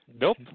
Nope